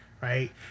right